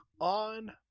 on